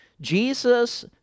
Jesus